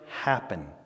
happen